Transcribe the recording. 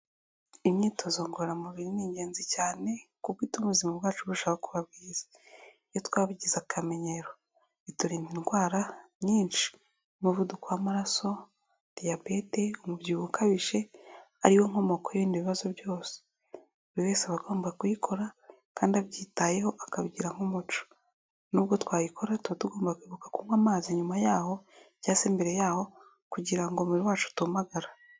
Imyitozo ngororamubiri ni ingenzi cyane kuko ituma ubuzima bwacu burushaho kuba bwiza, iyo twabigize akamenyero iturinda indwara nyinshi nk'umuvuduko w'amaraso, diyabete, umubyibuho ukabije ari wo nkomoko y'ibindi bibazo byose, buri wese agomba kuyikora kandi abyitayeho akabigira nk'umuco, n'ubwo twayikora tuba tugomba kwibuka kunywa amazi nyuma yaho cyangwa mbere yaho kugira ngo umubiri wacu utumagara.